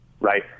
right